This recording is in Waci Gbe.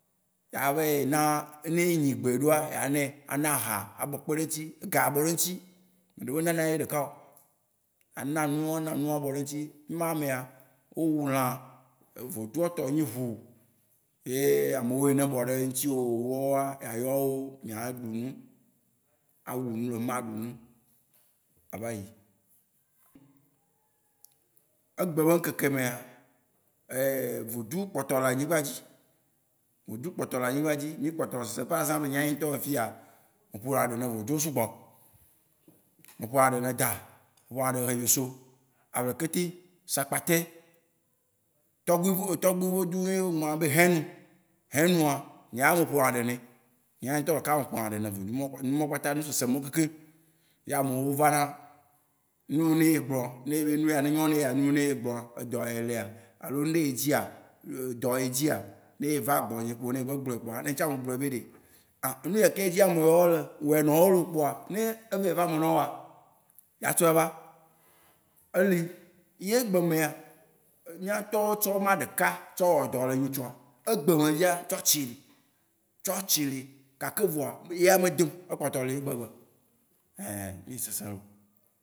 Ya avɛ na, ne enyi gbeɖoa a vayi nɛ, ana aha abɔ kpe ɖe eŋutsi, ega abɔ eŋutsi. Ame ɖe me nana ye ɖeka oo, ana nuwò, a na nuwó a bɔ ɖe eŋutsi Ema mea, wó wu lã, vodua wó tɔ nyi ʋu ye ame yio ne bɔ ɖe ŋutsi wò mawóa, atɔ wó, mìa ɖu nu. Awu ne le fima a ɖunu a vayi. Egbe be ŋkeke mea, vodu kpɔtɔ le anyigba dzi. Vodu kpɔtɔ le anyigba dzi mí kpɔtɔ le sesem par exemple nye ŋutɔ tsã le fiya, me ƒo na ɖe ne vodu wó sugbɔ. Me ƒo na ɖe ne da, me ƒo na ɖe ne hebieso, aʋlekete. sakpatɛ, togbuivodu ɖe wó gblɔ na be hɛnu. Hɛnua, nya me ƒo na ɖe nɛ. Nyea nye ŋutɔ ɖeka me ƒo na ɖe ne vo- numa wó kpata, nusese mawó keke. Ye amewo va na. Nu yine egblɔ, nuya edo elea? Alo nu ɖe edzia? Edɔ edzia? Ne eva gbɔ nye kpo ne egbe gblɔe kpo ne ntsã me gblɔ be ɖe, an enu yea yike dzi ame yawo le kpoa ne e vayi va eme na wòa, yea trɔ ava. E li ye egbe mea, mía tɔwó tsɔ ema ɖeka tsɔ wɔ dɔ le nyitsɔ. Egbe me fia, tsɔtsi li. Tsɔtsi li kake vɔa yea me dẽ oo. E kpɔtɔ li egbe egbe mí sesẽ lo.